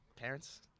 Parents